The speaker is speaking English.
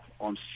on